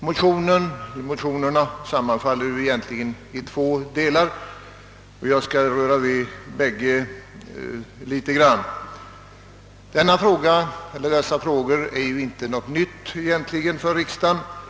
Motionerna behandlar egentligen två ämnen, och jag skall vidröra båda litet grand. Dessa frågor är inte nya för riksdagen.